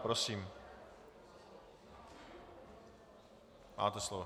Prosím, máte slovo.